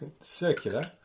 circular